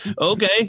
okay